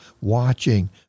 watching